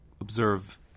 observe